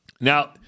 Now